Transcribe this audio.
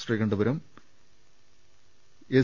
Sreekandapuram S